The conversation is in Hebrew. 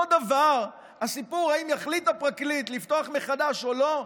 אותו דבר הסיפור אם יחליט הפרקליט לפתוח מחדש או לא,